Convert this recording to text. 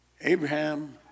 Abraham